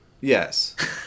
Yes